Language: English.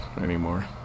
anymore